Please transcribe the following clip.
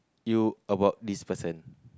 you about this person